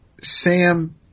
Sam